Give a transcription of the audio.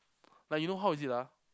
but you know how is it ah